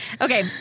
Okay